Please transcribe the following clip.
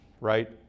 right